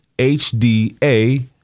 H-D-A